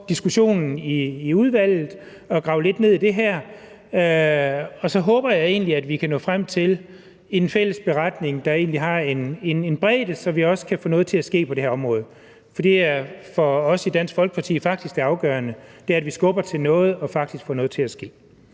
diskussionen i udvalget og grave lidt ned i det her, og så håber jeg egentlig, at vi kan nå frem til en fælles beretning, der har en bredde, så vi også kan få noget til at ske på det her område. Det er for os i Dansk Folkeparti faktisk det afgørende: at vi skubber til noget og faktisk får noget til at ske.